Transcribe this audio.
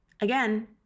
again